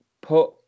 put